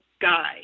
guy